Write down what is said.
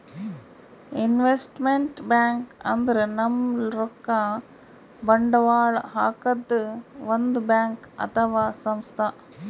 investment bank ಅಂದ್ರ ನಮ್ ರೊಕ್ಕಾ ಬಂಡವಾಳ್ ಹಾಕದ್ ಒಂದ್ ಬ್ಯಾಂಕ್ ಅಥವಾ ಸಂಸ್ಥಾ